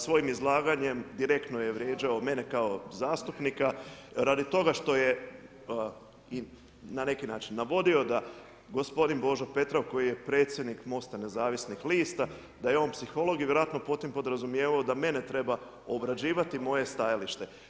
Svojim izlaganjem direktno je vrijeđao mene kao zastupnika radi toga što je, na neki način navodio da gospodin Božo Petrov koji je predsjednik MOST-a nezavisnih lista, da je on psiholog i vjerojatno pod tim podrazumijevao da mene treba obrađivati moje stajalište.